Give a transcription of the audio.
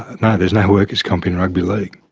no, there's no workers comp in rugby league.